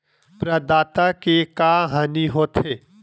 प्रदाता के का हानि हो थे?